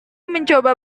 mencoba